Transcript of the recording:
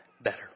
better